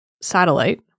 satellite